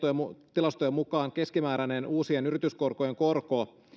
tilastojen mukaan keskimääräinen uusien yrityslainojen korko